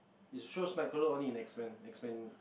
is the show Night crawler only in X-Men X-Men